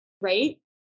right